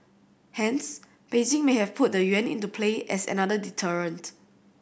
hence Beijing may have put the yuan into play as another deterrent